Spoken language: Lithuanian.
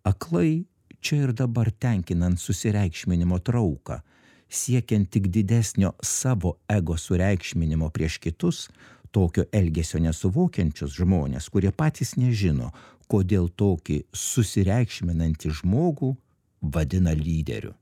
aklai čia ir dabar tenkinant susireikšminimo trauką siekiant tik didesnio savo ego sureikšminimo prieš kitus tokio elgesio nesuvokiančius žmones kurie patys nežino kodėl tokį susireikšminantį žmogų vadina lyderiu